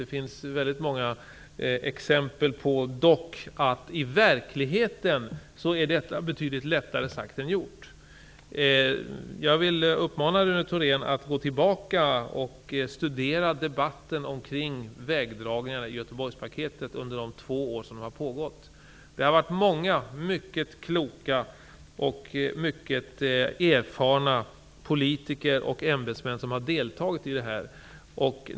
Det finns dock många exempel på att detta i verkligheten är betydligt lättare sagt än gjort. Jag vill uppmana Rune Thorén att studera debatten kring vägdragningarna i Göteborgspaketet under de två år som den har pågått. Många mycket kloka och erfarna politiker och ämbetsmän har deltagit i debatten.